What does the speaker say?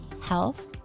health